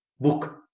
book